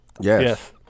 Yes